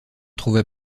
trouva